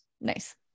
Nice